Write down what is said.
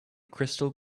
crystal